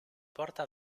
porta